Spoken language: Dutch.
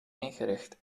ingericht